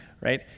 right